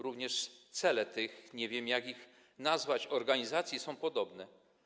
Również cele tych - nie wiem, jak je nazwać - organizacji są podobne.